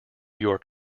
york